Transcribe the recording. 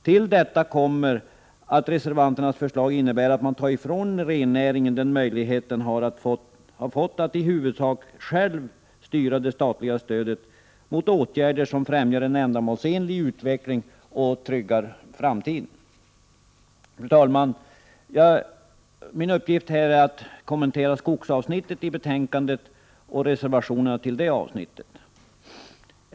Till detta kommer att reservanternas förslag innebär att man tar ifrån rennäringen den möjlighet den har fått att i huvudsak styra det statliga stödet mot åtgärder som främjar en ändamålsenlig utveckling och tryggar framtiden. Fru talman! Min uppgift här är att kommentera skogsavsnittet i betänkandet och reservationerna till detta.